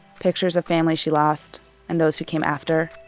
pictures of family she lost and those who came after.